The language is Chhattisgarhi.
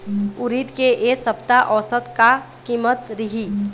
उरीद के ए सप्ता औसत का कीमत रिही?